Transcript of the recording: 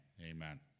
Amen